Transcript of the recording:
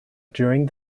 during